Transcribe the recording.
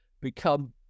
Become